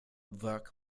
werk